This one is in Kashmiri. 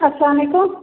اَسلام علیکُم